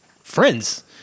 Friends